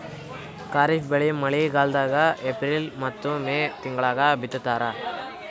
ಖಾರಿಫ್ ಬೆಳಿ ಮಳಿಗಾಲದಾಗ ಏಪ್ರಿಲ್ ಮತ್ತು ಮೇ ತಿಂಗಳಾಗ ಬಿತ್ತತಾರ